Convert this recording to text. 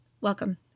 welcome